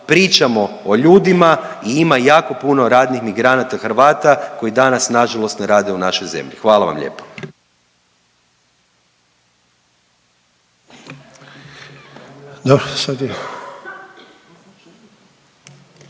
pričamo o ljudima i ima jako puno radnih migranata Hrvata, koji danas nažalost ne rade u našoj zemlji. Hvala vam lijepo.